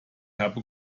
habe